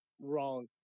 wrong